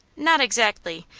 not exactly.